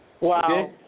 Wow